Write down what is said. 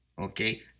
okay